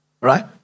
Right